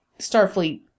Starfleet